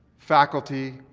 faculty,